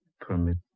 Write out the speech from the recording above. permit